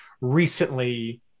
recently